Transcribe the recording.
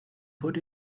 put